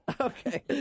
Okay